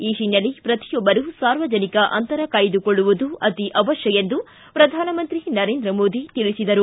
ಈ ಹಿನ್ನೆಲೆ ಪ್ರತಿಯೊಬ್ಬರು ಸಾರ್ವಜನಿಕ ಅಂತರ ಕಾಯ್ದುಕೊಳ್ಳುವುದು ಅವತ್ತ ಎಂದು ಪ್ರಧಾನಮಂತ್ರಿ ನರೇಂದ್ರ ಮೋದಿ ತಿಳಿಸಿದರು